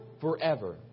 forever